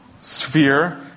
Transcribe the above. sphere